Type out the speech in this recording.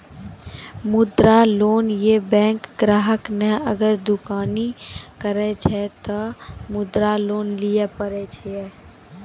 मुद्रा लोन ये बैंक ग्राहक ने अगर दुकानी करे छै ते मुद्रा लोन लिए पारे छेयै?